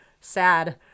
sad